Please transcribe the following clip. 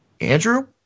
Andrew